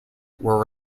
were